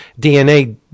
DNA